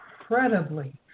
incredibly